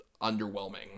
underwhelming